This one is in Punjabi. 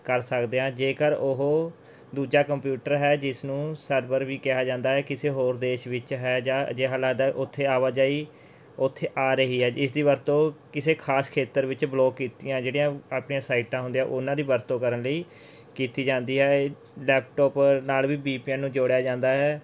ਕਰ ਸਕਦੇ ਹਾਂ ਜੇਕਰ ਉਹ ਦੂਜਾ ਕੰਪਿਊਟਰ ਹੈ ਜਿਸਨੂੰ ਸਰਵਰ ਵੀ ਕਿਹਾ ਜਾਂਦਾ ਹੈ ਕਿਸੇ ਹੋਰ ਦੇਸ਼ ਵਿੱਚ ਹੈ ਜਾਂ ਅਜਿਹਾ ਲੱਗਦਾ ਉੱਥੇ ਆਵਾਜਾਈ ਉੱਥੇ ਆ ਰਹੀ ਹੈ ਇਸ ਦੀ ਵਰਤੋਂ ਕਿਸੇ ਖਾਸ ਖੇਤਰ ਵਿੱਚ ਬਲੋਕ ਕੀਤੀਆਂ ਜਿਹੜੀਆਂ ਆਪਣੀਆਂ ਸਾਈਟਾਂ ਹੁੰਦੀਆਂ ਉਹਨਾਂ ਦੀ ਵਰਤੋਂ ਕਰਨ ਲਈ ਕੀਤੀ ਜਾਂਦੀ ਹੈ ਇਹ ਲੈਪਟੋਪ ਨਾਲ ਵੀ ਵੀ ਪੀ ਐੱਨ ਨੂੰ ਜੋੜਿਆ ਜਾਂਦਾ ਹੈ